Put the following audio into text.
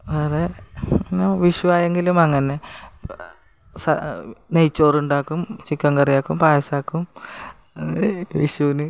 വേറെ പിന്നെ വിഷുവായെങ്കിലും അങ്ങനെ സാ നെയ്യ്ച്ചോറുണ്ടാക്കും ചിക്കൻ കറിയാക്കും പായസമാക്കും വിഷുവിന്